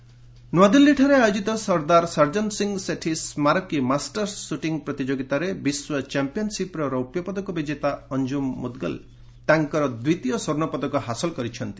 ସ୍ତୁଟିଂ ନ୍ନଆଦିଲ୍ଲୀଠାରେ ଆୟୋଜିତ ସର୍ଦ୍ଦାର ସର୍ଜନ ସିଂହ ସେଠୀ ସ୍କାରକୀ ମାଷ୍ଟର୍ସ ସୁଟିଂ ପ୍ରତିଯୋଗିତାରେ ବିଶ୍ୱ ଚମ୍ପିୟନ୍ସିପ୍ର ରୌପ୍ୟ ପଦକ ବିଜେତା ଅଞ୍ଜୁମ ମୁଦଗିଲ୍ ତାଙ୍କର ଦ୍ୱିତୀୟ ସ୍ୱର୍ଷପଦକ ହାସଲ କରିଛନ୍ତି